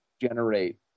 generate